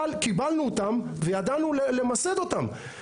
קיבלנו אותם וידענו למסד אותם.